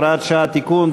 הוראת שעה) (תיקון),